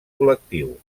col·lectiu